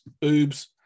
boobs